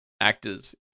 actors